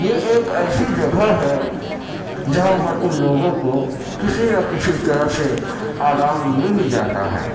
یہ ایک ایسی جگہ ہے جہاں پر ان لوگوں کو کسی نہ کسی طرح سے آرام مل ہی جاتا ہے